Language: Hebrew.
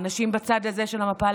האנשים בצד הזה של המפה,